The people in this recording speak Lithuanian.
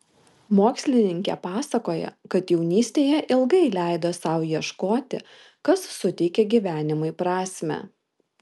mokslininkė pasakoja kad jaunystėje ilgai leido sau ieškoti kas suteikia gyvenimui prasmę